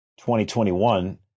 2021